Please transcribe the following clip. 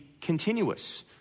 continuous